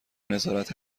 نظارت